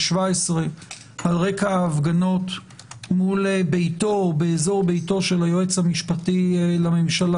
על רקע ההפגנות מול ביתו של היועץ המשפטי לממשלה,